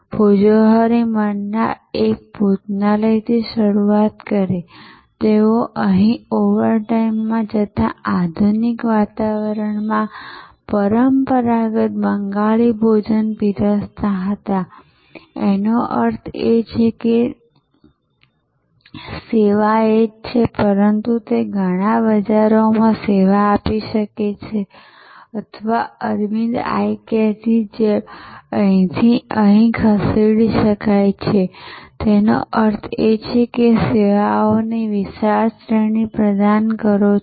ભોજોહોરી મન્નાએ એક ભોજનાલયથી શરૂઆત કરી તેઓ અહીં ઓવરટાઇમમાં જતાં આધુનિક વાતાવરણમાં પરંપરાગત બંગાળી ભોજન પીરસતા હતા તેનો અર્થ એ છે કે સેવા એ જ છે પરંતુ તે ઘણા બજારોમાં સેવા આપી શકે છે અથવા અરવિંદ આઇ કેરની જેમ અહીંથી અહીં ખસેડી શકાય છે જેનો અર્થ છે કે તમે સેવાઓની વિશાળ શ્રેણી પ્રદાન કરો છો